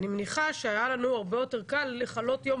אני מניחה שהיה לנו הרבה יותר קל לכלות יום